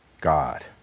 God